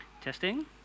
Testing